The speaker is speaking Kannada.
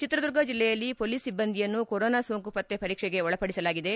ಚಿತ್ರದುರ್ಗ ಜಿಲ್ಲೆಯಲ್ಲಿ ಮೊಲೀಸ್ ಸಿಬ್ಬಂದಿಯನ್ನು ಕೊರೊನಾ ಸೋಂಕು ಪತ್ತೆ ಪರೀಕ್ಷೆಗೆ ಒಳಪಡಿಸಲಾಗಿದೆ